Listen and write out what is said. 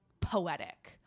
poetic